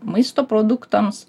maisto produktams